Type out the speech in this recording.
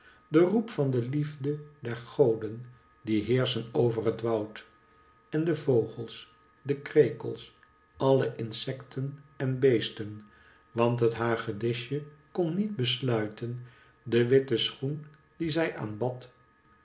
de roep van de liefde der goden die heerschen over het woud en de vogels de krekels alle insecten en beesten want het hagedisje kon niet besluiten den witten schoen dien zij aanbad